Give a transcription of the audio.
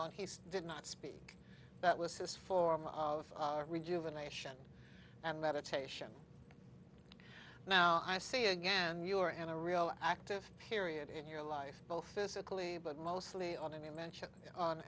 on he did not speak but was his form of rejuvenation and meditation now i see again you are in a real active period in your life both physically but mostly on